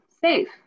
safe